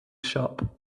shop